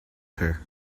her